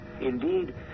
Indeed